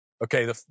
okay